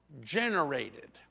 generated